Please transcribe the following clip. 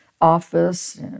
office